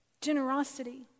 Generosity